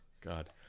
god